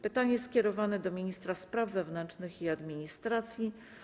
Pytanie jest skierowane do ministra spraw wewnętrznych i administracji.